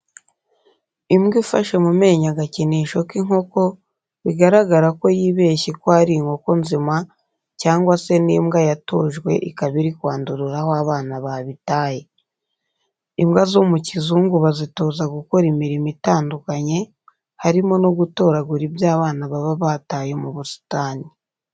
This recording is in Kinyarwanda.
Imbwa ifashe mu menyo agakinisho k'inkoko, bigaragara ko yibeshye ko ari inkoko nzima cyangwa se ni imbwa yatojwe ikaba iri kwandurura aho abana babitaye. Imbwa zo mu kizungu bazitoza gukora imirimo itandukanye, harimo no gutoragura ibyo abana baba bataye mu busitani.